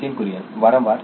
नितीन कुरियन वारंवार